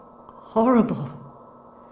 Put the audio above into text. horrible